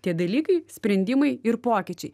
tie dalykai sprendimai ir pokyčiai